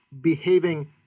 behaving